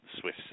Swiss